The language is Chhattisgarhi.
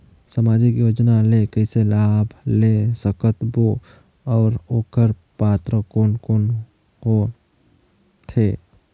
समाजिक योजना ले कइसे लाभ ले सकत बो और ओकर पात्र कोन कोन हो थे?